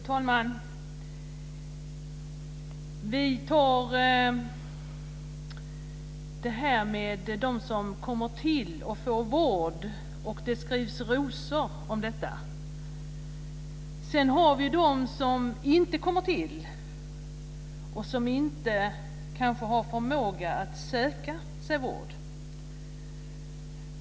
Fru talman! Vi tar det här med dem som kommer till och får vård och det skrivs rosor så att säga om detta. Sedan har vi de som inte kommer till och som kanske inte har förmåga att söka vård.